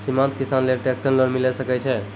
सीमांत किसान लेल ट्रेक्टर लोन मिलै सकय छै?